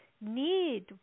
need